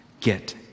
get